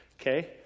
Okay